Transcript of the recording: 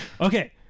Okay